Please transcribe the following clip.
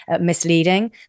misleading